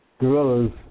gorillas